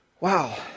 wow